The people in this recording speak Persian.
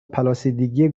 پلاسیدگی